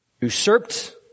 usurped